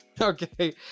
Okay